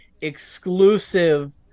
exclusive